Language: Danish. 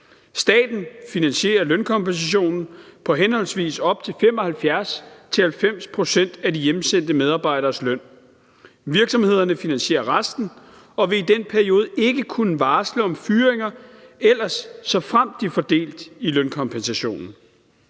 Staten finansierer lønkompensationen på op til henholdsvis 75 og 90 pct. af de hjemsendte medarbejderes løn. Virksomhederne finansierer resten og vil i den periode ikke kunne varsle om fyringer, såfremt de får del i lønkompensationen.